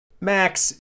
Max